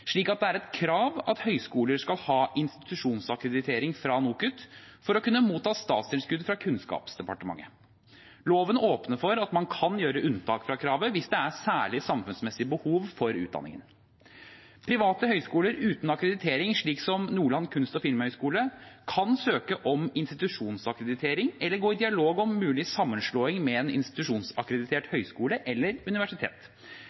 slik at det er et krav at høyskoler skal ha institusjonsakkreditering fra NOKUT for å kunne motta statstilskudd fra Kunnskapsdepartementet. Loven åpner for at man kan gjøre unntak fra kravet hvis det er særlig samfunnsmessig behov for utdanningene. Private høyskoler uten akkreditering, slik som Nordland kunst- og filmhøgskole, kan søke om institusjonsakkreditering eller gå i dialog om mulig sammenslåing med en institusjonsakkreditert høyskole eller universitet.